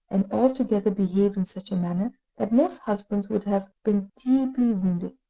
and altogether behaved in such a manner that most husbands would have been deeply wounded.